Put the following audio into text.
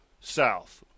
south